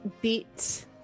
beat